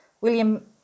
William